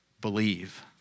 believe